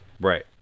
Right